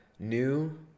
New